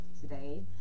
today